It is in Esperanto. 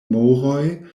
moroj